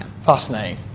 Fascinating